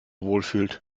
wohlfühlt